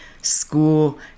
school